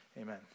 amen